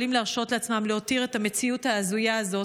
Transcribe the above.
יכולים להרשות לעצמם להותיר את המציאות ההזויה הזאת,